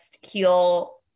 heal